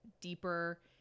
deeper